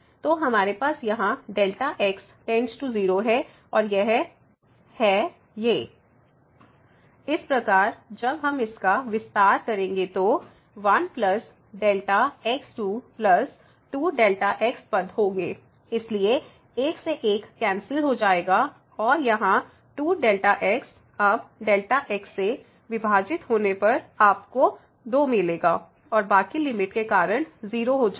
तो हमारे पास यहाँ Δ x → 0 है और यह है 1Δx2 1x इस प्रकार जब हम इसका विस्तार करेंगे तो 1 Δ x22 Δ x पद होंगे इसलिए 1 से 1 कैंसिल हो जाएगा और यहाँ 2 Δx अब Δx से विभाजित होने पर आपको 2 मिलेगा और बाकी लिमिट के कारण 0 हो जाएगा